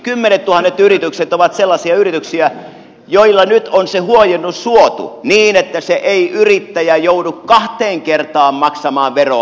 kymmenettuhannet yritykset ovat sellaisia yrityksiä joille nyt on se huojennus suotu niin että se yrittäjä ei joudu kahteen kertaan maksamaan veroa